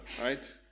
right